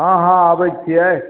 हँ हँ अबैत छियै